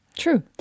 True